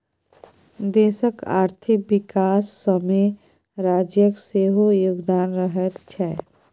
देशक आर्थिक विकासमे राज्यक सेहो योगदान रहैत छै